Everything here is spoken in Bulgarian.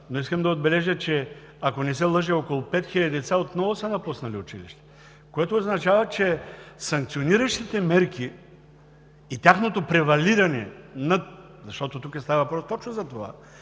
но искам да отбележа, че, ако не се лъжа, около 5 хиляди деца отново са напуснали училище, което означава, че санкциониращите мерки и тяхното превалиране – защото тук става въпрос точно за това,